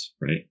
right